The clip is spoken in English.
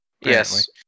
Yes